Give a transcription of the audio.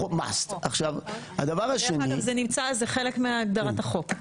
דרך אגב, זה חלק מהגדרת החוק.